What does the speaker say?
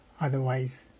otherwise